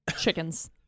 Chickens